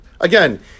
Again